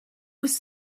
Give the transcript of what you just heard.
was